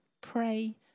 pray